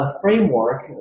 framework